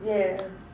yeah